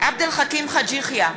עבד אל חכים חאג' יחיא,